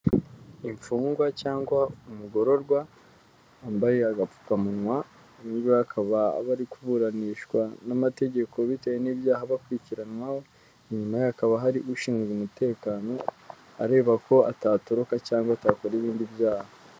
Imfungwa cyangwa umugororwa, wambaye agapfukamunwa, bakaba bari kuburanishwa n'amategeko bitewe n'ibyaha bakurikiranwaho, inyuma hakaba hari ushinzwe umutekano, areba ko atatoroka cyangwa atakora ibindi byaha.